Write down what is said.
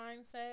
mindset